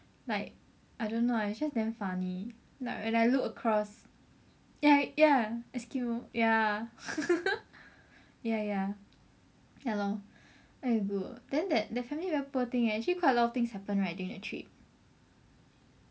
like I don't know lah it's just damn funny like when I look across ya ya eskimo ya ya ya ya lor aigoo then that that family very poor thing eh actually quite a lot of things happen right during that trip